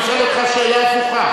אני אשאל אותך שאלה הפוכה.